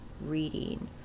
reading